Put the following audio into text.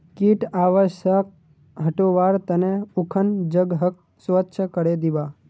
कीट आवासक हटव्वार त न उखन जगहक स्वच्छ करे दीबा